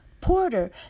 Porter